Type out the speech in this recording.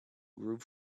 groove